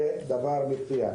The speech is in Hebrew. זה דבר מצוין.